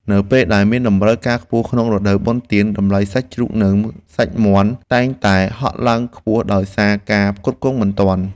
នៅពេលដែលមានតម្រូវការខ្ពស់ក្នុងរដូវបុណ្យទានតម្លៃសាច់ជ្រូកនិងសាច់មាន់តែងតែហក់ឡើងខ្ពស់ដោយសារការផ្គត់ផ្គង់មិនទាន់។